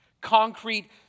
concrete